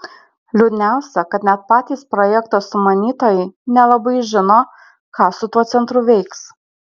liūdniausia kad net patys projekto sumanytojai nelabai žino ką su tuo centru veiks